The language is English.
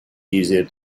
easier